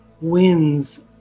wins